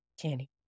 candy